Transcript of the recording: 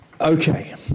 Okay